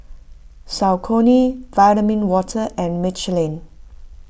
Saucony Vitamin Water and Michelin